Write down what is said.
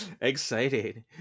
Excited